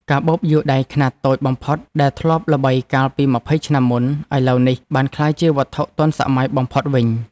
កាបូបយួរដៃខ្នាតតូចបំផុតដែលធ្លាប់ល្បីកាលពីម្ភៃឆ្នាំមុន ឥឡូវនេះបានក្លាយជាវត្ថុទាន់សម័យបំផុតវិញ។